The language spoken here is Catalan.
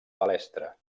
palestra